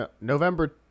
November